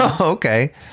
okay